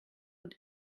und